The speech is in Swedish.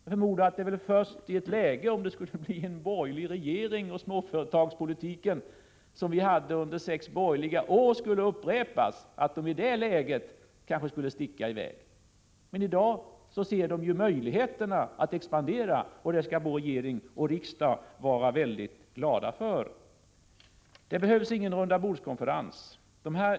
Jag förmodar att de först om det skulle bli en borgerlig regering och sådan småföretagspolitik som den som fördes under de sex borgerliga åren kanske skulle sticka i väg. I dag ser de ju möjligheter att expandera, och det skall regering och riksdag vara mycket glada för. Det behövs ingen rundabordskonferens.